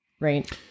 right